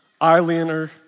Eyeliner